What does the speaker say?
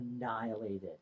annihilated